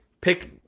pick